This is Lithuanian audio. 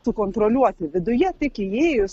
sukontroliuoti viduje tik įėjus